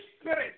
Spirit